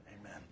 Amen